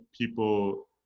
people